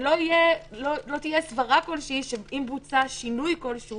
שלא תהיה סברה כלשהי שאם בוצע שינוי כלשהו